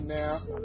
now